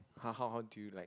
[huh] how how do you like